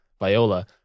Viola